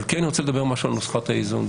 אני כן רוצה לומר משהו על נוסחת האיזון.